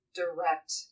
direct